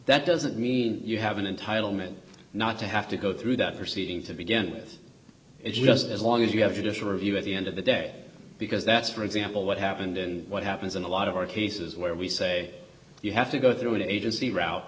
that doesn't mean you have an entitlement not to have to go through that proceeding to begin with just as long as you have additional review at the end of the day because that's for example what happened and what happens in a lot of our cases where we say you have to go through an agency route